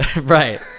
Right